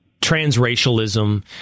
transracialism